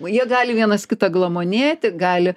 jie gali vienas kitą glamonėti gali